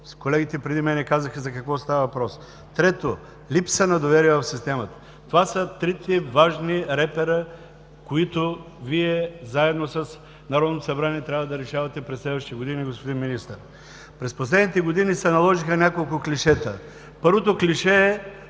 Колегите преди мен казаха за какво става въпрос. Трето, липса на доверие в системата. Това са трите важни репера, които Вие заедно с Народното събрание, трябва да решавате през следващите години, господин Министър. През последните години се наложиха няколко клишета. Първото клише е